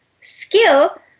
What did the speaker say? skill